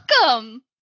welcome